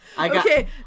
Okay